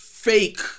Fake